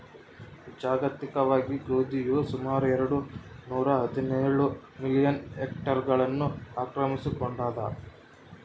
ಜಾಗತಿಕವಾಗಿ ಗೋಧಿಯು ಸುಮಾರು ಎರೆಡು ನೂರಾಹದಿನೇಳು ಮಿಲಿಯನ್ ಹೆಕ್ಟೇರ್ಗಳನ್ನು ಆಕ್ರಮಿಸಿಕೊಂಡಾದ